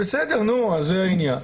בסדר, נו, אז זה העניין.